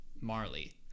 Marley